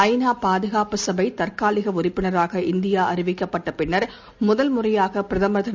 ஐ நா பாதுகாப்பு சபை தற்காலிக உறுப்பினராக இந்தியா அறிவிக்கப்பட்ட பின்னர் முதல் முறையாக பிரதமர் திரு